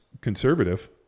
conservative